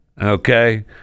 okay